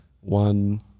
One